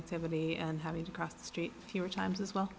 ectivity and having to cross the street few times as well